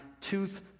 tooth